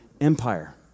Empire